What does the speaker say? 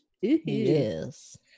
Yes